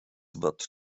wird